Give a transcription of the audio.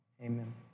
amen